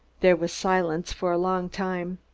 there was silence for a long time.